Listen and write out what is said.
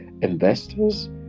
investors